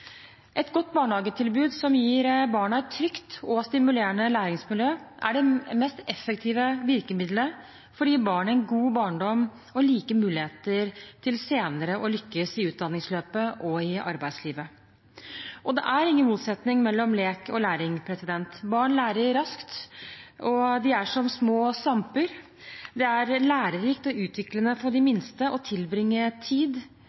Et godt barnehagetilbud som gir barna et trygt og stimulerende læringsmiljø, er det mest effektive virkemidlet for å gi barn en god barndom og like muligheter til senere å lykkes i utdanningsløpet og i arbeidslivet. Det er ingen motsetning mellom lek og læring. Barn lærer raskt, og de er som små svamper. Det er lærerikt og utviklende for de minste å tilbringe tid,